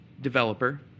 developer